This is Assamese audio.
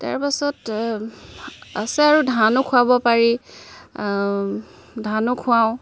তাৰপাছত আছে আৰু ধানো খুৱাব পাৰি ধানো খুৱাওঁ